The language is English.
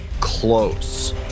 close